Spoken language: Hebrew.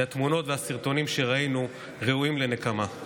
כי התמונות והסרטונים שראינו ראויים לנקמה.